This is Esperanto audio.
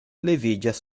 leviĝas